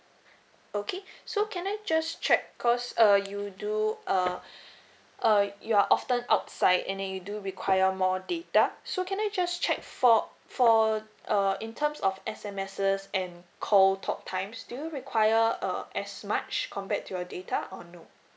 okay so can I just check because uh you do uh uh you're often outside and then you do require more data so can I just check for for uh in terms of S_M_Ses and call talk times do you require uh as much compared to your data or no